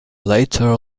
later